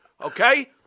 Okay